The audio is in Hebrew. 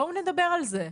בואו נדבר על זה.